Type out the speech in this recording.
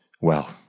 Well